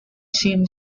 scene